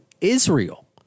Israel